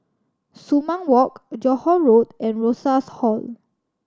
Sumang Walk Johore Road and Rosas Hall